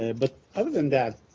ah but other than that,